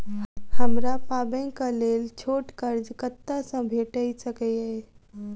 हमरा पाबैनक लेल छोट कर्ज कतऽ सँ भेटि सकैये?